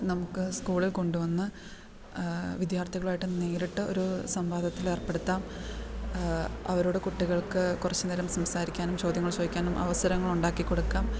നമുക്ക് സ്കൂളിൽ കൊണ്ട് വന്ന് വിദ്യാർത്ഥികളായിട്ട് നേരിട്ട് ഒരു സംവാദത്തിൽ ഏർപ്പെടുത്താം അവരോട് കുട്ടികൾക്ക് കുറച്ച് നേരം സംസാരിക്കാനും ചോദ്യങ്ങൾ ചോദിക്കാനും അവസരങ്ങൾ ഉണ്ടാക്കി കൊടുക്കാം